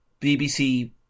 BBC